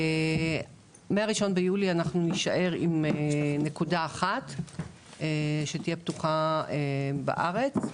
מהתאריך ה-1 ביולי אנחנו נישאר עם נקודה אחת שתהיה פתוחה בארץ.